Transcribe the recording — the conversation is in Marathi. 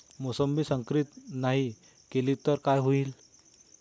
मोसंबी संकरित नाही केली तर काय होईल?